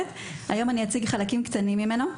והיום אני אציג רק חלקים קטנים ממנו.